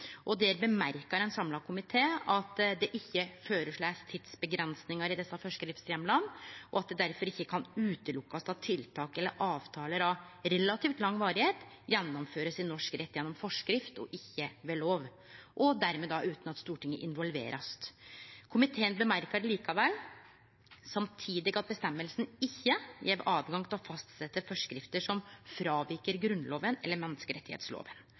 Der uttaler ein samla komité at det ikkje blir føreslått tidsavgrensingar i desse forskriftsheimlane, og at det derfor ikkje kan utelukkast at tiltak eller avtalar av relativt lang varigheit blir gjennomførte i norsk rett gjennom forskrift og ikkje ved lov, og dermed då utan at Stortinget blir involvert. Komiteen uttaler likevel samtidig at bestemminga ikkje gjev høve til å fastsetje forskrifter som fråviker Grunnloven eller